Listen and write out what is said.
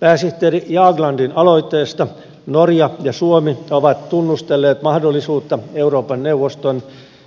pääsihteeri jaglandin aloitteesta norja ja suomi ovat tunnustelleet mahdollisuutta euroopan neuvoston